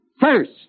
first